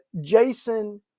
Jason